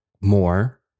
more